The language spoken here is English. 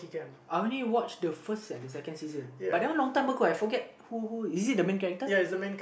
I only watch the first and the second season but that one long time ago I forget who who is it the main character